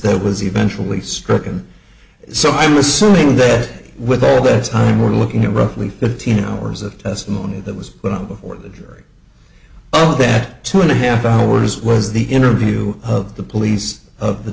that was eventually stricken so i'm assuming that with all this time we're looking at roughly fifteen hours of testimony that was well before the jury all of that two and a half hours was the interview of the police of the